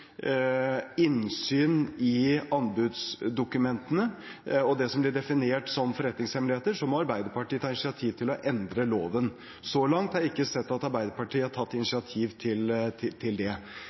innsyn i anbudsdokumentene og det som blir definert som forretningshemmeligheter, må Arbeiderpartiet ta initiativ til å endre loven. Så langt har jeg ikke sett at Arbeiderpartiet har tatt initiativ til det. Det som er viktig for oss, er å sikre at det